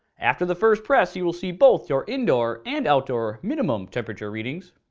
after the first press, you will see both your indoor and outdoor minimum temperature readings.